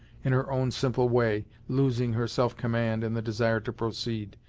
in her own simple way losing her self-command in the desire to proceed,